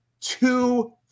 two